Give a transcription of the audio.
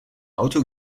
auto